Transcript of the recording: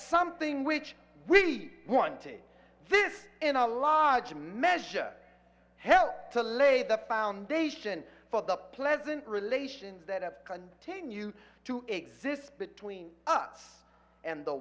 something which we wanted this in a large measure helped to lay the foundation for the pleasant relations that have continue to exist between us and the